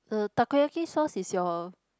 uh takoyaki sauce is your